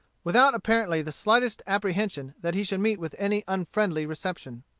without apparently the slightest apprehension that he should meet with any unfriendly reception.